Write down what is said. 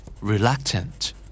Reluctant